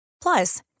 Plus